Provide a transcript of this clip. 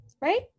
right